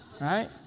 right